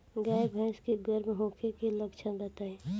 गाय भैंस के गर्म होखे के लक्षण बताई?